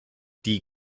die